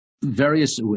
various